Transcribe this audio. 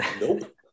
Nope